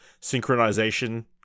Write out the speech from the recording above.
synchronization